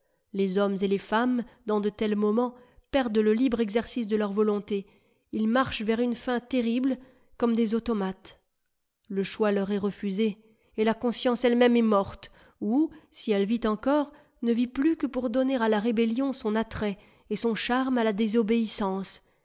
les hommes et les femmes dans de tels moments perdent le libre exercice de leur volonté ils marchent vers une fin terrible comme des automates le choix leur est refusé et la conscience elle-même est morte ou si elle vit encore ne vit plus que pour donner à la rébellion son attrait et son charme à la désobéissance